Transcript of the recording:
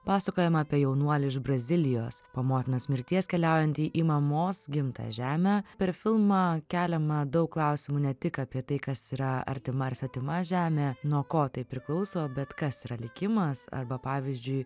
pasakojama apie jaunuolį iš brazilijos po motinos mirties keliaujantį į mamos gimtą žemę per filmą keliama daug klausimų ne tik apie tai kas yra artima ar svetima žemė nuo ko tai priklauso bet kas yra likimas arba pavyzdžiui